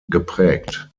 geprägt